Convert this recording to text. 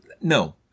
no